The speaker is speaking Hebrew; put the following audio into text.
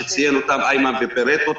שציין אימן ופירט,